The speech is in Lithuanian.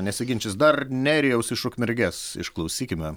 nesiginčys dar nerijaus iš ukmergės išklausykime